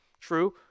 True